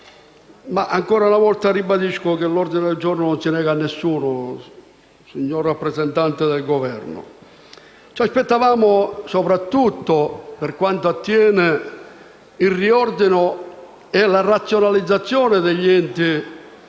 ma ancora una volta ribadisco che un ordine del giorno non si nega a nessuno, signor rappresentante del Governo. Soprattutto avevamo aspettative per quanto riguarda il riordino e la razionalizzazione degli enti